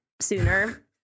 sooner